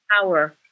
power